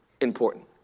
important